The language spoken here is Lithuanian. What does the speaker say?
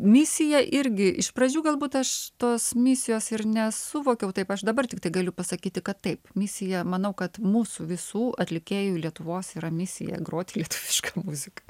misija irgi iš pradžių galbūt aš tos misijos ir nesuvokiau taip aš dabar tiktai galiu pasakyti kad taip misija manau kad mūsų visų atlikėjų lietuvos yra misija groti lietuvišką muziką